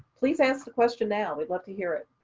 please ask the question now. we'd love to hear it.